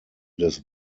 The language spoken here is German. des